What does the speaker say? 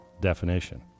definition